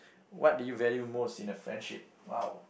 what do you value most in a friendship !wow!